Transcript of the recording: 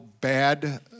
bad